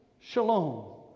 Shalom